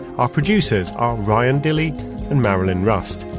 our producers are ryan dilley and marilyn rust.